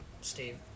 Steve